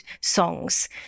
songs